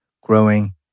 growing